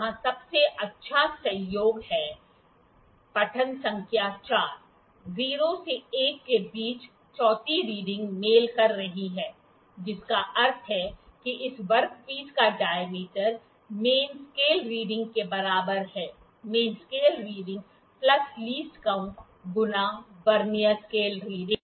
यहाँ सबसे अच्छा संयोग है पठन संख्या 4 0 से 1 के बीच चौथी रीडिंग मेल कर रही है जिसका अर्थ है कि इस वर्कपीस का डायमीटर मेन स्केल रीडिंग के बराबर है main scale reading plus least count गुणा वर्नियर स्केल रीडिंग